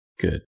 Good